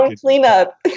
cleanup